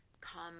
come